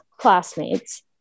classmates